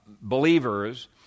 believers